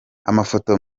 amafoto